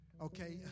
Okay